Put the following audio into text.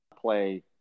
play